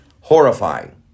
horrifying